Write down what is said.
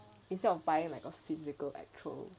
instead of buying like a physical actual